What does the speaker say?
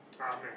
Amen